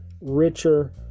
richer